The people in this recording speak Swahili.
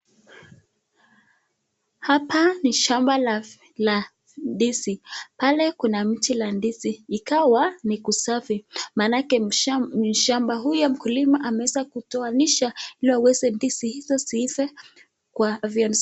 Hapa ni shamba la ndizi pale kuna mti wa ndizi ikawa ni kusafi maanake mshamba huyo mkulima ameweza kutoanisha ili aweze ndizi hizo ziive kwa...